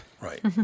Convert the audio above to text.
Right